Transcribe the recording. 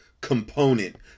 component